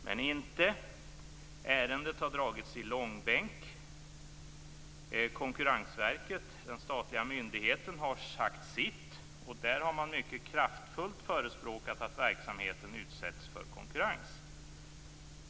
Men inte! Ärendet har dragits i långbänk. Konkurrensverket, den statliga myndigheten, har sagt sitt. Där har man mycket kraftfullt förespråkat att verksamheten utsätts för konkurrens.